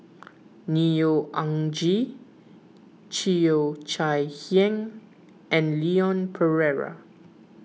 Neo Anngee Cheo Chai Hiang and Leon Perera